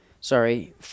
Sorry